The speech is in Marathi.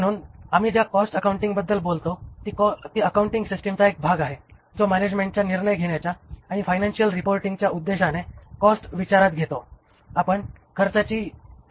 म्हणून आम्ही ज्या कॉस्ट अकाउंटिंग बद्दल बोलतो ती अकाउंटिंग सिस्टिमचा एक भाग आहे जो मॅनॅजमेन्टच्या निर्णय घेण्याच्या आणि फायनान्शिअल रिपोर्टींगच्या उद्देशाने कॉस्ट विचारात घेतो